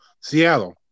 Seattle